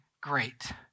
great